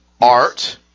Art